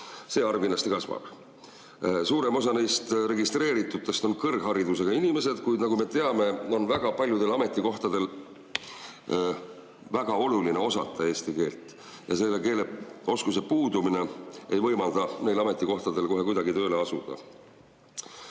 See arv kindlasti kasvab. Suurem osa neist registreeritutest on kõrgharidusega inimesed, kuid nagu me teame, on väga paljudel ametikohtadel väga oluline osata eesti keelt ja selle keeleoskuse puudumine ei võimalda neile ametikohtadele kohe kuidagi tööle asuda.